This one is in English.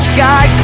Sky